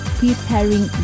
preparing